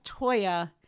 Toya